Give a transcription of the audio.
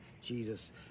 Jesus